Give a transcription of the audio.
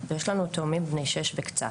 ויש לנו תאומים בני שש וקצת.